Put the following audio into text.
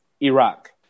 Iraq